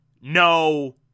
no